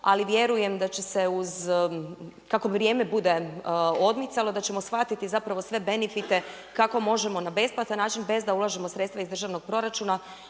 ali vjerujem da će se uz kako vrijeme bude odmicalo da ćemo shvatiti zapravo sve benefite kako možemo na besplatan način bez da ulažemo sredstva iz držanog proračuna